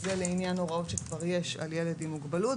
זה לעניין הוראות שכבר יש על ילד עם מוגבלות,